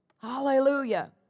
Hallelujah